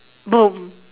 boom